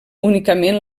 únicament